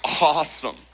awesome